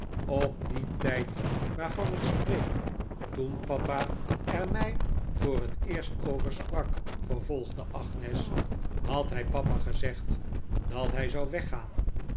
op dien tijd waarvan ik spreek toen papa er mij voor het eerst over sprak vervolgde agnes had hij papa gezegd dat hij zou weggaan